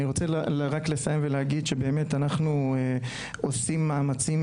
אבל אני רוצה רק לסיים ולהגיד שבאמת אנחנו עושים מאמצים